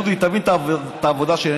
דודי, תבין את העבודה שלי.